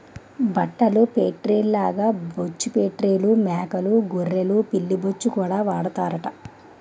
బట్టల ఫేట్రీల్లాగే బొచ్చు ఫేట్రీల్లో మేకలూ గొర్రెలు పిల్లి బొచ్చుకూడా వాడతారట